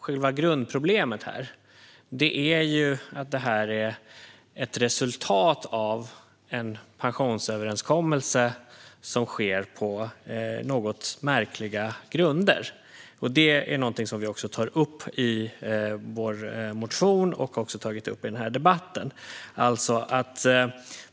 Själva grundproblemet är att detta är ett resultat av en pensionsöverenskommelse som har gjorts på något märkliga grunder. Det är någonting som vi tar upp i vår motion och som vi också har tagit upp i debatten här.